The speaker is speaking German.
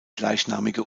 gleichnamige